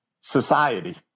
society